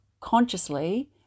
consciously